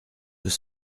deux